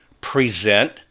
present